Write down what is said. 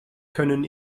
können